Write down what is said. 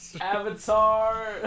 avatar